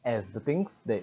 as the things that